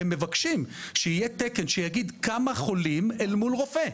אנחנו מבינים ומבקשים שיהיה תקן שיגיד כמה חולים אל מול רופא.